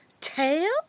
tail